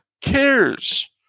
cares